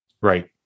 Right